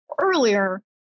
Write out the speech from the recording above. earlier